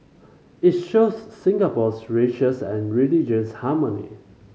it shows Singapore's racial and religious harmony